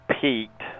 peaked